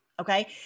Okay